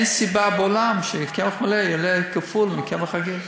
אין סיבה בעולם שקמח מלא יעלה כפול מקמח רגיל.